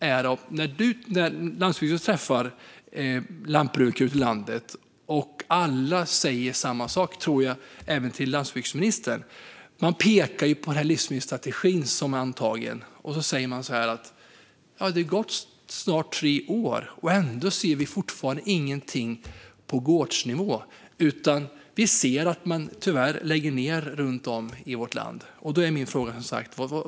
När landsbygdsministern träffar lantbrukare ute i landet tror jag att de säger samma sak även till landsbygdsministern. Man pekar på livsmedelsstrategin, som är antagen, och säger: Det har snart gått tre år, men ändå ser vi fortfarande ingenting på gårdsnivå. I stället sker det tyvärr nedläggningar runt om i vårt land.